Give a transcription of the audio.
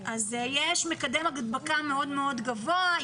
יש מקדם הדבקה מאוד מאוד גבוה,